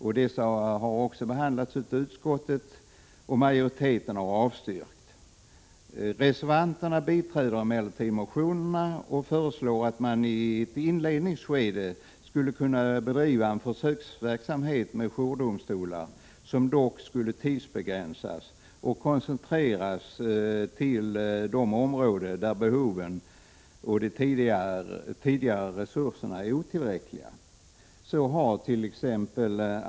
Dessa har också behandlats av utskottet, och majoriteten har avstyrkt. Reservanterna biträder emellertid motionerna och föreslår att man i ett inledningsskede kunde bedriva en försöksverksamhet med jourdomstolar, som dock skulle tidsbegränsas och koncentreras till de områden där behoven och de redan tidigare befintliga resurserna är otillräckliga. Så hart.ex.